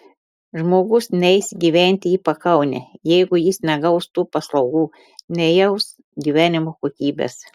žmogus neis gyventi į pakaunę jeigu jis negaus tų paslaugų nejaus gyvenimo kokybės